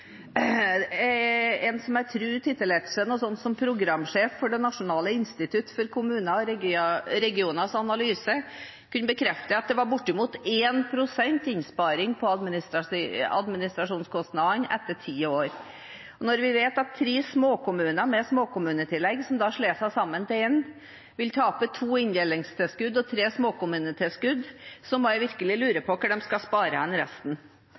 jeg har lest flere artikler. En som jeg tror titulerte seg programsjef ved Det nasjonale institutt for kommuners og regioners analyse og forskning, kunne bekrefte at det var bortimot 1 pst. innsparing på administrasjonskostnadene etter ti år. Når vi vet at tre småkommuner med småkommunetillegg som slår seg sammen til én, vil tape to inndelingstilskudd og tre småkommunetilskudd, må jeg virkelig lure på hvor de skal spare inn resten.